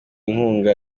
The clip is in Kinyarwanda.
inkunga